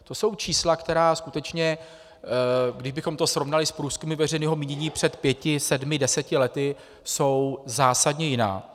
To jsou čísla, která jsou skutečně, kdybychom to srovnali s průzkumy veřejného mínění před pěti, sedmi, deseti lety, zásadně jiná.